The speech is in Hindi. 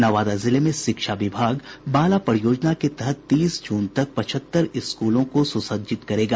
नवादा जिले में शिक्षा विभाग बाला परियोजना के तहत तीस जून तक पचहत्तर स्कूलों को सुसज्जित करेगा